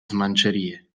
smancerie